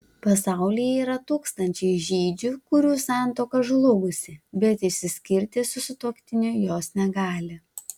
pasaulyje yra tūkstančiai žydžių kurių santuoka žlugusi bet išsiskirti su sutuoktiniu jos negali